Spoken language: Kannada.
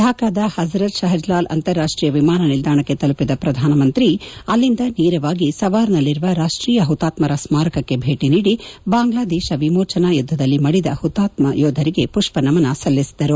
ಢಾಕಾದ ಪಜರತ್ ಶಪಜಲಾಲ್ ಅಂತಾರಾಷ್ಟೀಯ ವಿಮಾನ ನಿಲ್ವಾಣಕ್ಕೆ ತಲುಪಿದ ಪ್ರಧಾನಮಂತ್ರಿ ನರೇಂದ್ರ ಮೋದಿ ಅಲ್ಲಿಂದ ನೇರವಾಗಿ ಸವಾರ್ನಲ್ಲಿರುವ ರಾಷ್ಟೀಯ ಹುತಾತ್ಮರ ಸ್ಮಾರಕಕ್ಕೆ ಭೇಟಿ ನೀಡಿ ಬಾಂಗ್ಲಾದೇಶ ವಿಮೋಚನಾ ಯುದ್ದದಲ್ಲಿ ಮಡಿದ ಹುತಾತ್ಮ ಯೋಧರಿಗೆ ಮಷ್ಷನಮನ ಸಲ್ಲಿಸಿದರು